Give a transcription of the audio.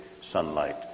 sunlight